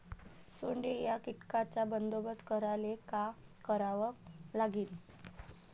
सोंडे या कीटकांचा बंदोबस्त करायले का करावं लागीन?